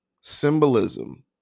Symbolism